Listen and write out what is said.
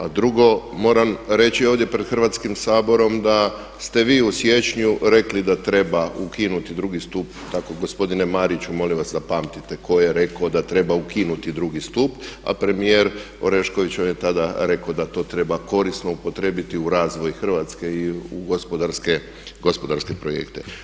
A drugo, moram reći ovdje pred Hrvatskim saborom da ste vi u siječnju rekli da treba ukinuti drugi stup, tako gospodine Mariću molim vas da pamtite tko je rekao da treba ukinuti drugi stup a premijer Orešković, on je tada rekao da to treba korisno upotrijebiti u razvoj Hrvatske i u gospodarske projekte.